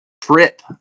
trip